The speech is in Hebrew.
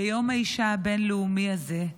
ביום האישה הבין-לאומי הזה,